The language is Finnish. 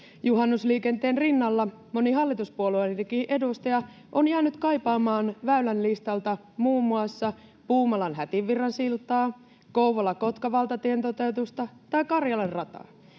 Juhannusliikenteen rinnalla moni hallituspuolueenkin edustaja on jäänyt kaipaamaan Väylän listalta muun muassa Puumalan Hätinvirran siltaa, Kouvola—Kotka-valtatien toteutusta tai Karjalan rataa.